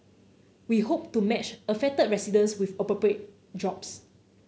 we hope to match affected residents with appropriate jobs